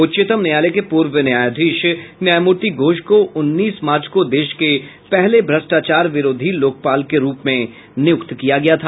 उच्चतम न्यायालय के पूर्व न्यायाधीश न्यायमूर्ति घोष को उन्नीस मार्च को देश के पहले भ्रष्टाचार विरोधी लोकपाल के रूप में नियुक्त किया गया था